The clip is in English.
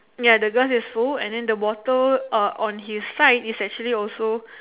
ya the glass is full and then the bottle on his side is actually also